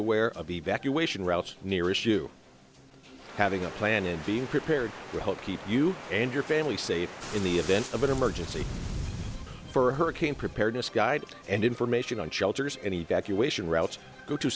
aware of evacuation routes near issue having a plan and being prepared to help keep you and your family safe in the event of an emergency for hurricane preparedness guide and information on shelters any accusation routes go to